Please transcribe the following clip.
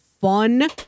fun